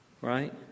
right